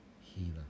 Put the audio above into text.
Healer